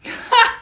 ha